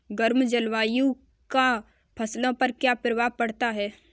गर्म जलवायु का फसलों पर क्या प्रभाव पड़ता है?